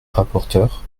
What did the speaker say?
rapporteur